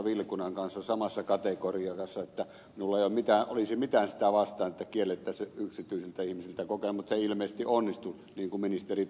vilkunan kanssa samassa kategoriassa niin että minulla ei olisi mitään sitä vastaan että kiellettäisiin tämä yksityisiltä ihmisiltä kokonaan mutta se ei ilmeisesti onnistu niin kuin ministeri tässä totesi